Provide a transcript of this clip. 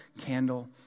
candle